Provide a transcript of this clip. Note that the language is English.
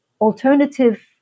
alternative